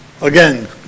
again